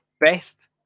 best